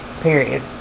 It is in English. period